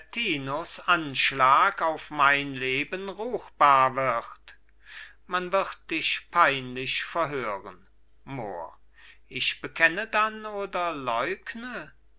gianettinos anschlag auf mein leben ruchbar wird man wird dich peinlich verhören mohr ich bekenne dann oder leugne